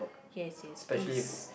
yes yes please